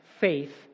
faith